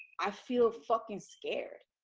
i feel fucking scared?